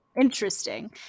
Interesting